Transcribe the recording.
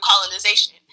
colonization